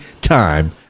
time